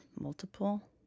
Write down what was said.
multiple